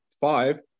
five